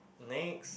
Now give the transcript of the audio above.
next